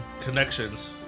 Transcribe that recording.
connections